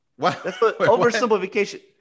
Oversimplification